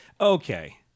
Okay